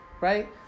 Right